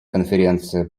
конференции